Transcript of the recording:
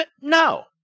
No